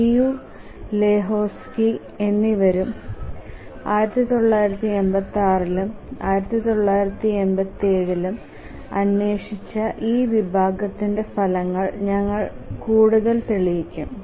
Liu Lehoski എന്നിവരും 1986 ലും 1987 ലും അന്വേഷിച്ച ഈ വിഭാഗത്തിന്റെ ഫലങ്ങൾ ഞങ്ങൾ കൂടുതൽ തെളിയിക്കും